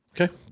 okay